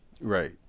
Right